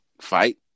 fight